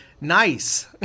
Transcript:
nice